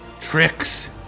Tricks